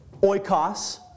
Oikos